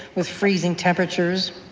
with freezing temperatures,